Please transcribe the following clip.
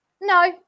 no